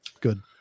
good